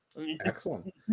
Excellent